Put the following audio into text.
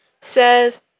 says